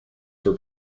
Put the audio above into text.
for